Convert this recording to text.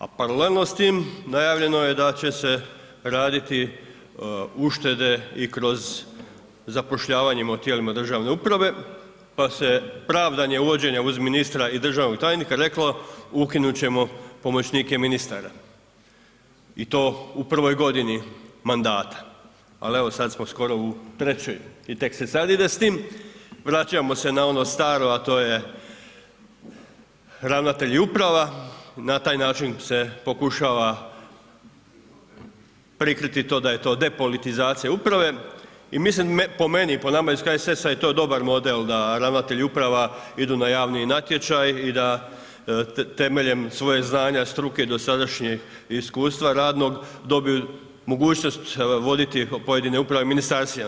A paralelno s tim najavljeno je da će se raditi uštede i kroz zapošljavanje u tijelima državne uprave, pa se pravdanje uvođenja uz ministra i državnih tajnika reklo ukinut ćemo pomoćnike pomoćnike ministara i to u prvoj godini mandata, al evo sad smo skoro u trećoj i tek se sad ide s tim, vraćamo se na ono staro, a to je ravnatelji uprava, na taj način se pokušava prikriti to da je to depolitizacija uprave i mislim po meni i po nama iz HSS-a je to dobar model da ravnatelji uprava idu na javni natječaj i da temeljem svojeg znanja, struke i dosadašnjeg iskustva radnog dobije mogućnost voditi pojedine uprave ministarstvima.